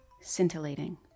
scintillating